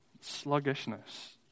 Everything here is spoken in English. Sluggishness